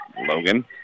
Logan